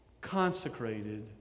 consecrated